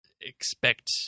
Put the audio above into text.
expect